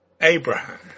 Abraham